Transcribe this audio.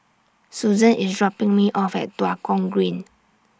Suzan IS dropping Me off At Tua Kong Green